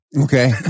Okay